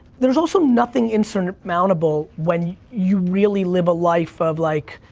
there's also nothing insurmountable when you really live a life of like,